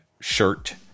shirt